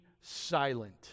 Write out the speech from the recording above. silent